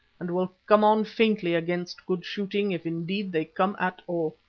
and will come on faintly against good shooting, if indeed they come at all.